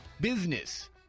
Business